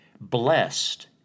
Blessed